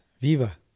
Viva